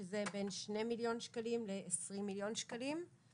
שזה בין שני מיליון שקלים ל-20 מיליון שקלים.